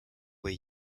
were